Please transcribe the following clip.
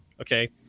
okay